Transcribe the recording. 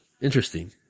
Interesting